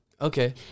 Okay